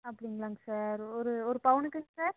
அப்படிங்களாங் sir ஒரு ஒரு பவுனுக்குங் சார்